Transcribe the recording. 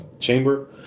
Chamber